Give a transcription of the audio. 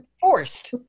forced